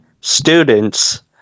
students